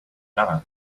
not